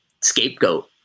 scapegoat